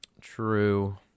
True